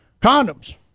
condoms